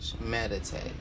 meditate